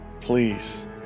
please